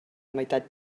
meitat